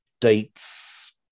dates